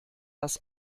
das